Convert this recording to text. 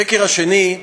השקר השני,